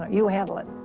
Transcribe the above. you handle it.